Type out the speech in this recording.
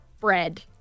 bread